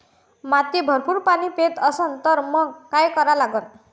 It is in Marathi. माती भरपूर पाणी पेत असन तर मंग काय करा लागन?